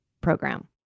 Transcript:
program